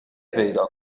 پیدا